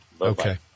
Okay